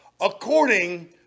according